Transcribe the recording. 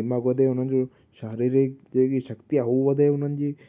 दिमाग़ु वधे उन्हनि जो शारिरीक जेकी शक्ति आहे हू वधे हुननि जी